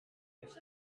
with